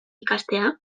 ikastea